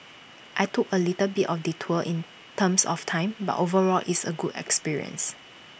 I took A little bit of detour in terms of time but overall it's A good experience